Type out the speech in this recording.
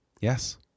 Yes